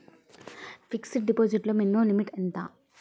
Fixed deposit లో minimum limit ఎంత?